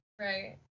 Right